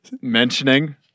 mentioning